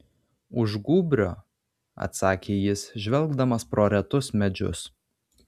už gūbrio atsakė jis žvelgdamas pro retus medžius